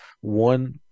one